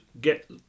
get